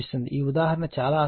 ఈ ఉదాహరణ చాలా ఆసక్తికరమైనది